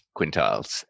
quintiles